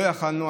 לא יכולנו.